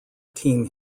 team